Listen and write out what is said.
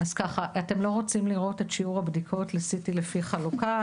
אתם לא רוצים לראות את שיעור הבדיקות ל-CT לפי חלוקה?